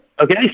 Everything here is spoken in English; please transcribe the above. Okay